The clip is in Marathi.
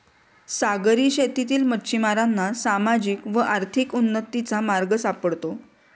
सागरी शेतीतील मच्छिमारांना सामाजिक व आर्थिक उन्नतीचा मार्ग सापडतो